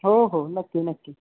हो हो नक्की नक्की